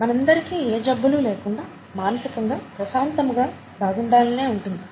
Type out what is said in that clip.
మనందరికీ ఏ జబ్బులు లేకుండా మానసికంగా ప్రశాంతముగా బాగుండాలనే ఉంటుంది